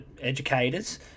educators